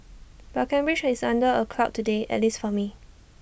but Cambridge is under A cloud today at least for me